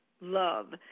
Love